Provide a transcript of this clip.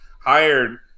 hired